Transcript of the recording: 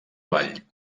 vall